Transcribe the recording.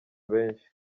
benshi